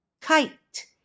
kite